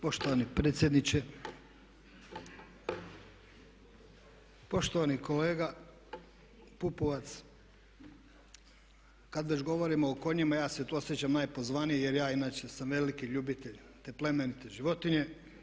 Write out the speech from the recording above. Poštovani predsjedniče, poštovani kolega Pupovac kad već govorimo o konjima ja se tu osjećam najpozvaniji jer ja inače sam veliki ljubitelj te plemenite životinje.